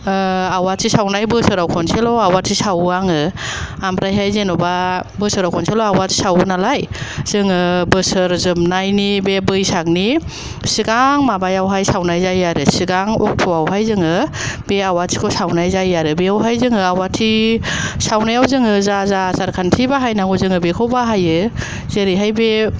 ओ आवाथि सावनाय बोसोराव खनसेल'आवाथि सावो आङो आमफ्राहाय जेन'बा बोसोराव खनसेल'आवाथि सावोनालाय जोङो बोसोर जोबनायनि बे बैसागनि सिगां माबायावहाय सावनाय जायो आरो सिगां अक्ट'आवहाय जोङो बे आवाथिखौ सावनाय जायो आरो बेयावहाय जोङो आवाथि सावनायाव जोङो जा जा आसारखान्थिनि बाहायनांगौ जोङो बेखौ बाहायो जेरैहाय बे